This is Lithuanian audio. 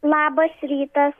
labas rytas